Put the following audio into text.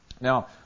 Now